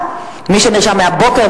מי שנרשם מהבוקר,